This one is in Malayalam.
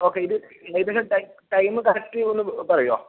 ഓക്കെ ഇത് ഇതിന് ടൈമ് ടൈമ് കറക്റ്റ് ഒന്ന് പറയുവോ